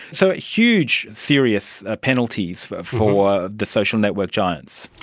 so huge, serious penalties for for the social network giants.